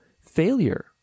failure